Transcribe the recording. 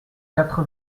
quatre